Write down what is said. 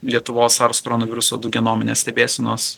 lietuvos sars koronaviruso du genominės stebėsenos